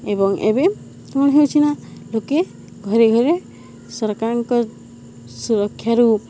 ଏବଂ ଏବେ କ'ଣ ହେଉଛିି ନା ଲୋକେ ଘରେ ଘରେ ସରକାରଙ୍କ ସୁରକ୍ଷାରୁ